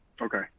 Okay